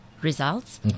results